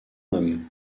homme